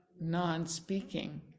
non-speaking